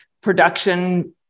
production